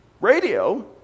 Radio